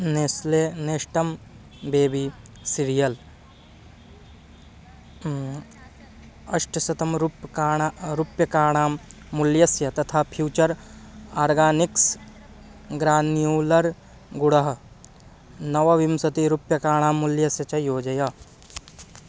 Nestle Nestum baby cereal अष्टशतरूप्यकाणां रूप्यकाणां मूल्यस्य तथा फ्यूचर् आर्गानिक्स् ग्रान्युलर् गुडः नवविंशतिरूप्यकाणां मूल्यस्य च योजय